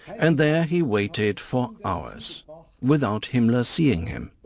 and there he waited for hours without himmler seeing him.